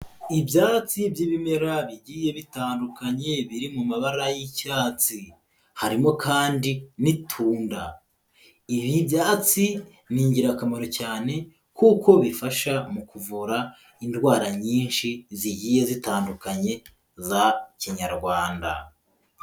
Ibyatsi by'ibimera bigiye bitandukanye, biri mu mabara y'icyatsi, harimo kandi n'itunda. Ibi byatsi ni ingirakamaro cyane kuko bifasha mu kuvura indwara nyinshi zigiye zitandukanye za kinyarwanda.